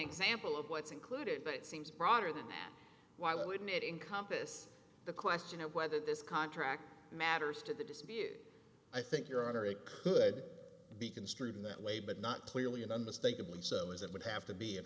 example of what's included but it seems broader than that why wouldn't it encompass the question of whether this contract matters to the dispute i think your honor it could be construed in that way but not clearly an unmistakeable and so as it would have to be in